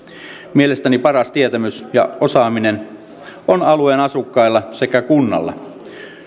mielestäni paras tietämys ja osaaminen on alueen asukkailla sekä kunnalla